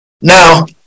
Now